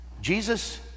Jesus